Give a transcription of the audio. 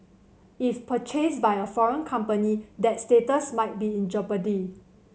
if purchased by a foreign company that status might be in jeopardy